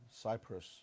Cyprus